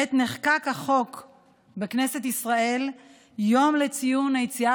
עת נחקק בכנסת ישראל חוק יום לציון היציאה